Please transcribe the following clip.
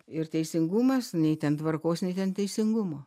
ir teisingumas nei ten tvarkos nei ten teisingumo